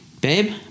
babe